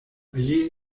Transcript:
allí